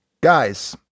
Guys